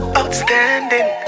outstanding